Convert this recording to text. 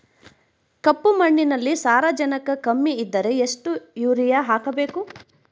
ಕಪ್ಪು ಮಣ್ಣಿನಲ್ಲಿ ಸಾರಜನಕ ಕಮ್ಮಿ ಇದ್ದರೆ ಎಷ್ಟು ಯೂರಿಯಾ ಹಾಕಬೇಕು?